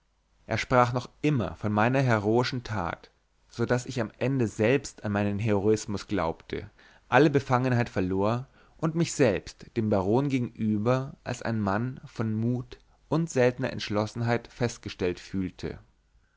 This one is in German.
er sprach noch immer von meiner heroischen tat so daß ich am ende selbst an meinen heroismus glaubte alle befangenheit verlor und mich selbst dem baron gegenüber als ein mann von mut und seltener entschlossenheit festgestellt fühlte